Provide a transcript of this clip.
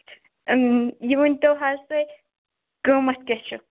یہِ ؤنۍتَو حظ تُہۍ قیمت کیٛاہ چھُ